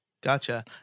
gotcha